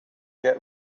get